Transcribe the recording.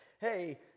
hey